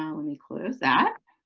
um let me close that.